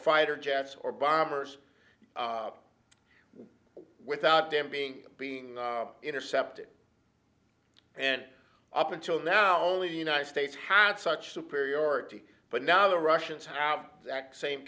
fighter jets or bombers without them being being intercepted and up until now only united states had such superiority but now the russians have that same